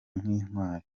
nk’intwari